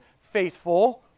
faithful